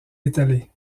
étalé